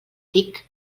tic